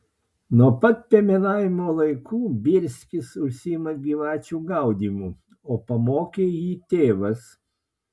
nuo pat piemenavimo laikų bielskis užsiima gyvačių gaudymu o pamokė jį tėvas